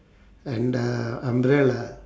and the umbrella